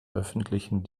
öffentlichen